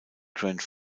grand